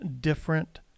different